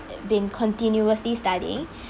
been continuously studying